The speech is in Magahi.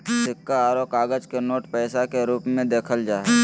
सिक्का आरो कागज के नोट पैसा के रूप मे देखल जा हय